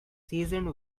seasoned